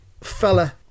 fella